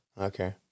Okay